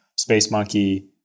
SpaceMonkey